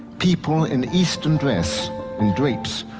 people in eastern dress and drapes,